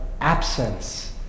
absence